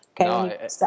Okay